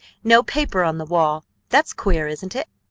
no paper on the wall! that's queer, isn't it?